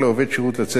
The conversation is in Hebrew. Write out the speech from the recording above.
במידת הצורך.